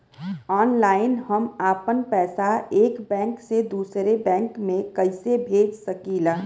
Online हम आपन पैसा एक बैंक से दूसरे बैंक में कईसे भेज सकीला?